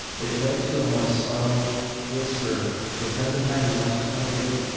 it went to a more subtle whisper that doesn't have as much clarity.